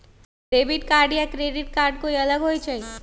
Debit card या credit card अलग होईछ ई?